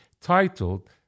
titled